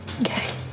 Okay